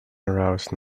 arouse